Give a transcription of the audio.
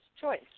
choice